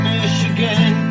Michigan